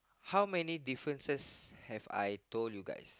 how many differences have I told you guys